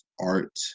art